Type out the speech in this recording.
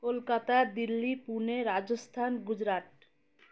Kolkata Delhi Pune Rajasthan Gujarat